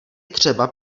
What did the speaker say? třeba